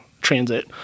transit